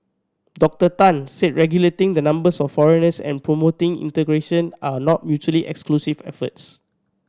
Doctor Tan said regulating the numbers of foreigners and promoting integration are not mutually exclusive efforts